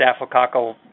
staphylococcal